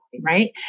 right